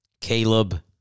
Caleb